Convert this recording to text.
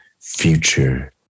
future